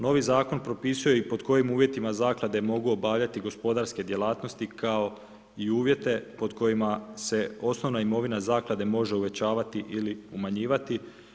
Novi zakon propisuje i pod kojim uvjetima, zaklade mogu obavljati gospodarske djelatnosti, kao i uvijete pod kojima se osnovna imovina zaklade, može uvećavati ili umanjivati.